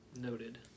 noted